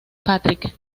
patrick